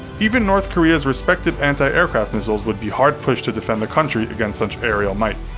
even north korea's respected anti-aircraft missiles would be hard-pushed to defend the country against such aerial might.